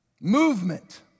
movement